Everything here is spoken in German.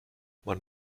man